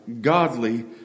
godly